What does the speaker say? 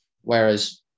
Whereas